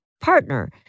partner